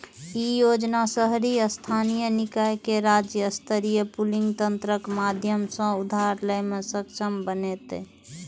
ई योजना शहरी स्थानीय निकाय कें राज्य स्तरीय पूलिंग तंत्रक माध्यम सं उधार लै मे सक्षम बनेतै